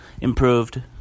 improved